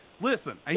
Listen